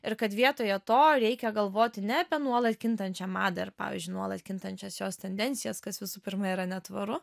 ir kad vietoje to reikia galvoti ne apie nuolat kintančią madą ir pavyzdžiui nuolat kintančias jos tendencijas kas visų pirma yra netvaru